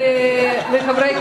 אני הבטחתי,